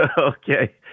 Okay